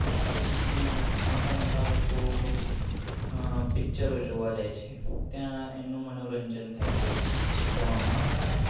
ત્યાં મ મોટા મોટા લોકો પિક્ચરો જોવા જાય છે ત્યાં એમનું મનોરંજન થાય છે પછી તમારા